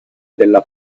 della